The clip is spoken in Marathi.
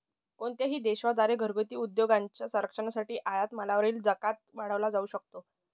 कोणत्याही देशा द्वारे घरगुती उद्योगांच्या संरक्षणासाठी आयात मालावरील जकात वाढवला जाऊ शकतो